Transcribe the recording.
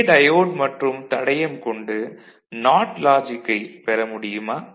இதே டயோடு மற்றும் தடையம் கொண்டு நாட் லாஜிக்கை பெற முடியுமா